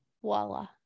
voila